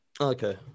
Okay